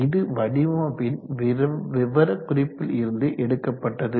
இது வடிவமைப்பின் விவரகுறிப்பில் இருந்து எடுக்கப்பட்டது